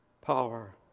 power